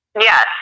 Yes